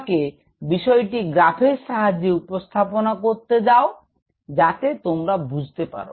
আমাকে বিষয়টি গ্রাফের সাহায্যে উপস্থাপনা করতে দাও যাতে তোমরা বুঝ্রতে পার